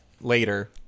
later